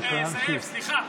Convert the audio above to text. זאב, אתה,